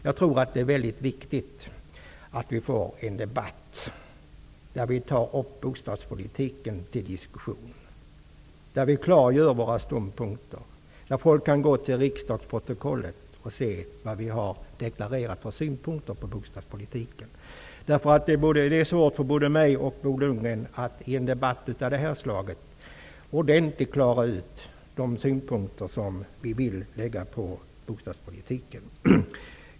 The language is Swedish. Jag tror att det är väldigt viktigt att vi får en debatt, där vi tar upp bostadspolitiken till diskussion och där vi klargör våra ståndpunkter, så att folk kan gå till riksdagsprotokollet och se vad vi har deklarerat för synpunkter på bostadspolitiken. Det är svårt för både mig och Bo Lundgren att i en debatt av det här slaget ordentligt klara ut de synpunkter som vi har på bostadspolitiken.